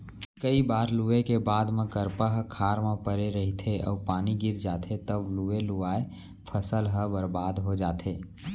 कइ बार लूए के बाद म करपा ह खार म परे रहिथे अउ पानी गिर जाथे तव लुवे लुवाए फसल ह बरबाद हो जाथे